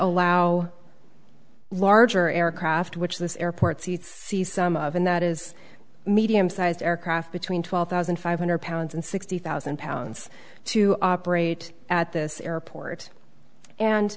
allow larger aircraft which this airport seats see some of and that is medium sized aircraft between twelve thousand five hundred pounds and sixty thousand pounds to operate at this airport and